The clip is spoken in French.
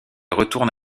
retourne